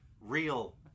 real